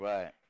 Right